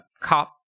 COP